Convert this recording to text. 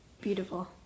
beautiful